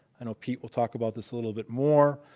i know people talk about this a little bit more.